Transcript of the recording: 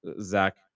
Zach